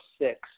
six